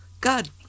God